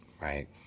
right